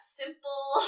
simple